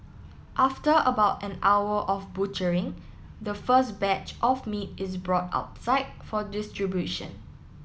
after about an hour of butchering the first batch of meat is brought outside for distribution